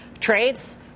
trades